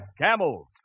Camels